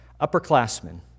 Upperclassmen